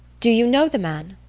do you know the man?